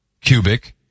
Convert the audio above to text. cubic